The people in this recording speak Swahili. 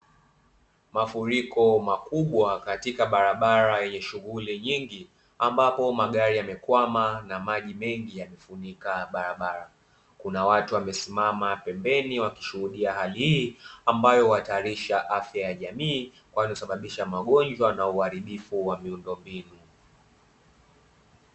Mafuriko makubwa katika barabara yenye shughuli nyingi, ambapo magari yamekwama na maji mengi yamefunika barabara, kuna watu wamesimama pembeni wakishuhudia hali hii, ambayo huatarisha afya ya jamii, kwani husababisha magonjwa na uharibifu wa miundombinu.